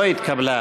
לא התקבלה.